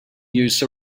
use